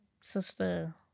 sister